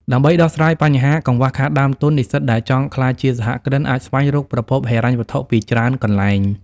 ដើម្បីដោះស្រាយបញ្ហាកង្វះខាតដើមទុន និស្សិតដែលចង់ក្លាយជាសហគ្រិនអាចស្វែងរកប្រភពហិរញ្ញវត្ថុពីច្រើនកន្លែង។